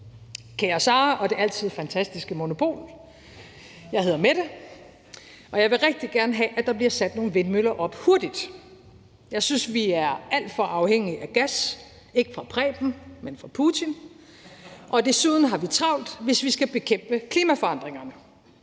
Kære Sara og det altid fantastiske Monopol. Jeg hedder Mette, og jeg vil rigtig gerne have, at der bliver sat nogle vindmøller op hurtigt. Jeg synes, vi er alt for afhængige af gas, ikke fra Preben, men fra Putin, og desuden har vi travlt, hvis vi skal bekæmpe klimaforandringerne.